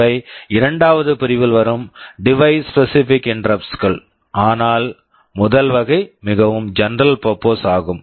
இவை இரண்டாவது பிரிவில் வரும் device specific interrupts device specific interrupts கள் ஆனால் முதல் வகை மிகவும் ஜெனரல் பர்ப்போஸ் general purpose ஆகும்